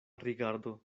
rigardo